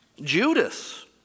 Judas